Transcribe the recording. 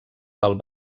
del